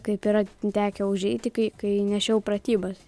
kaip yra tekę užeiti kai kai nešiau pratybas